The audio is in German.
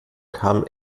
kam